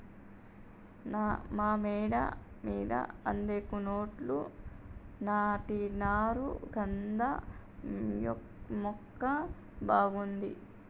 మా మేడ మీద అద్దెకున్నోళ్లు నాటినారు కంద మొక్క బాగుంది